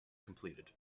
completed